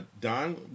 Don